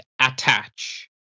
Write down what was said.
attach